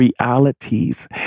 realities